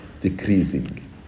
decreasing